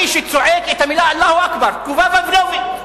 שצועק את המלים "אללהו אכבר" תגובה פבלובית.